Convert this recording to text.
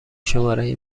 شماره